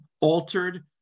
altered